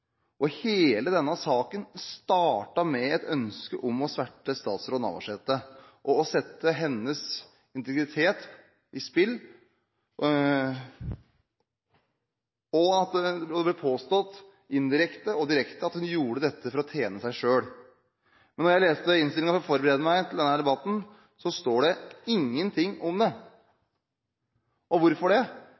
på. Hele denne saken startet med et ønske om å sverte statsråd Navarsete og sette hennes integritet på spill, og det ble påstått indirekte og direkte at hun gjorde dette for å tjene seg selv. Men da jeg leste innstillingen for å forberede meg til denne debatten, sto det ingenting om det. Og hvorfor det?